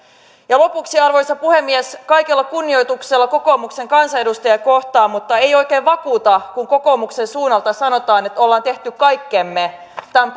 lopuksi arvoisa puhemies kaikella kunnioituksella kokoomuksen kansanedustajia kohtaan mutta ei oikein vakuuta kun kokoomuksen suunnalta sanotaan että ollaan tehty kaikkemme tämän